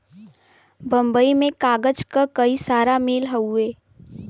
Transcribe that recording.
बम्बई में कागज क कई सारा मिल हउवे